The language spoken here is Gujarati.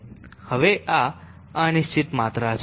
હવે આ અનિશ્ચિત માત્રા છે